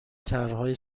طرحهای